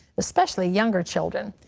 especially younger children.